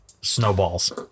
Snowballs